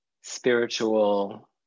spiritual